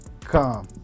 come